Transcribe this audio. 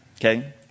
okay